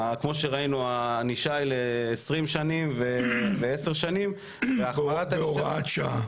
כמו שראינו הענישה היא ל-20 שנים ועשר שנים -- בהוראת שעה.